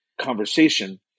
conversation